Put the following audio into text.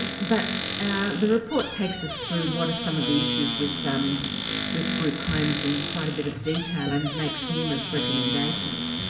but the report takes us through what are some of the issues with with group homes in quite a bit of detail and makes numerous recommendations.